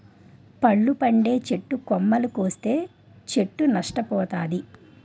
పళ్ళు పండే చెట్టు కొమ్మలు కోస్తే చెట్టు నష్ట పోతాది